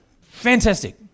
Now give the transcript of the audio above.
fantastic